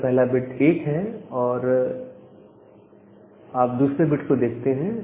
अगर पहला बिट 1 है तो आप दूसरे बिट को देखते हैं